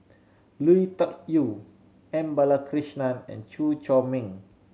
Lui Tuck Yew M Balakrishnan and Chew Chor Meng